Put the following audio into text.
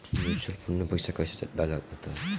Mutual fund मे पईसा कइसे डालल जाला?